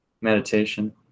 meditation